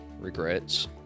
regrets